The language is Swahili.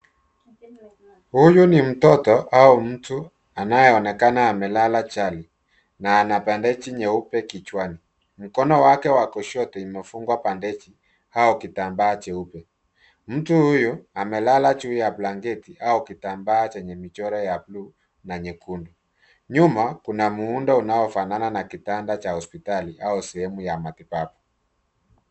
Huyu ni mtoto au mtu anayeonekana amelala chali na ana bendeji nyeupe kichwani. Mkono wake wa kushoto imefungwa bendeji au kitambaa cheupe. Mtu huyu amelala juu ya blanketi au kitambaa chenye michoro ya bluu na nyekundu. Nyuma kuna muundo unaofanana na kitanda ya hospitali au sehemu ya matibabu.